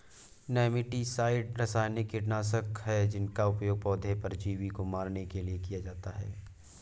nematicide रासायनिक कीटनाशक है जिसका उपयोग पौधे परजीवी को मारने के लिए किया जाता है